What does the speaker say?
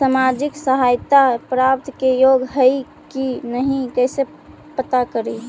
सामाजिक सहायता प्राप्त के योग्य हई कि नहीं कैसे पता करी?